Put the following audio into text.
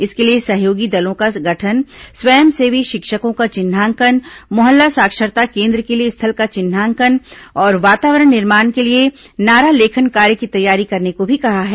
इसके लिए सहयोगी दलों का गठन स्वयंसेवी शिक्षकों का चिन्हांकन मोहल्ला साक्षरता केन्द्र के लिए स्थल का चिन्हांकन और वातावरण निर्माण के लिए नारा लेखन कार्य की तैयारी करने को भी कहा है